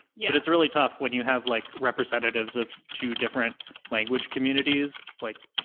yeah it's really tough when you have, like, representatives of two different language communities, like,